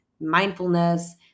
mindfulness